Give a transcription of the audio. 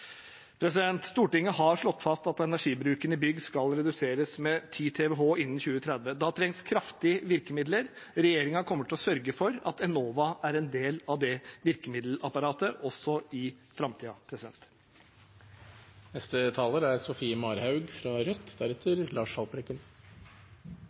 Stortinget har slått fast at energibruken i bygg skal reduseres med 10 TWh innen 2030, og da trengs det kraftige virkemidler. Regjeringen kommer til å sørge for at Enova er en del av det virkemiddelapparatet også i